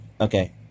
okay